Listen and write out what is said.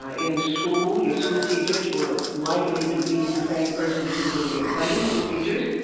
ah in school, your schoolteachers were likely to be the same persons who were your sunday school teachers.